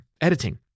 editing